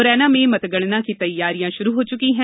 मुरैना में मतगणना की तैयारियां शुरू हो गई हैं